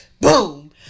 Boom